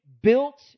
built